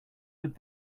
would